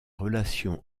relation